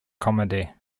comedy